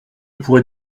pourrez